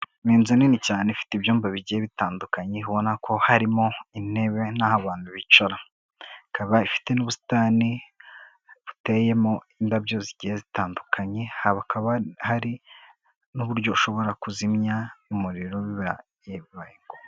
Ni inzu nini cyane ifite ibyumba bigiye bitandukanye ubona ko harimo intebe n'aho abantu bicara, ikaba ifite n'ubusitani buteyemo indabyo zigiye zitandukanye, hakaba hari n'uburyo ushobora kuzimya n'umuriro bibaye ngombwa.